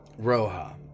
Roja